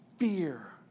Fear